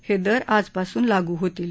हे दर आजपासून लागू होतील